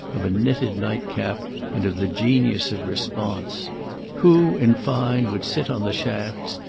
of a knitted nightcap and of the genius of response who, in fine, would sit on the shafts,